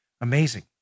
Amazing